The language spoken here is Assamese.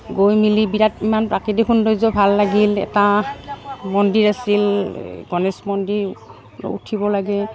গৈ মেলি বিৰাট ইমান প্ৰাকৃতিক সৌন্দৰ্য ভাল লাগিল এটা মন্দিৰ আছিল গণেশ মন্দিৰ উঠিব লাগে